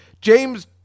James